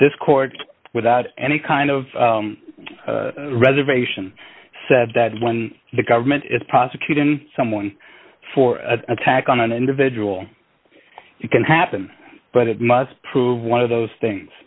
this court without any kind of reservation said that when the government is prosecuting someone for an attack on an individual you can happen but it must prove one of those things